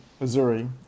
Missouri